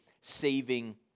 saving